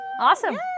awesome